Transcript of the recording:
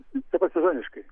taip pat sezoniškai